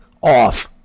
off